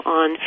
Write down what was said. on